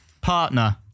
Partner